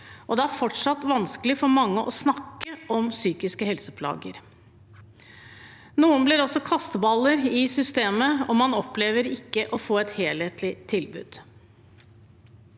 og det er fortsatt vanskelig for mange å snakke om psykiske helseplager. Noen blir også kasteballer i systemet, og man opplever å ikke få et helhetlig tilbud.